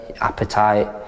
appetite